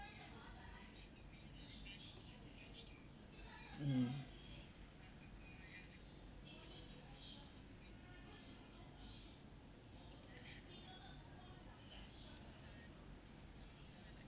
mm